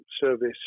service